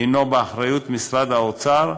והוא באחריות משרד האוצר,